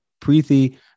Preeti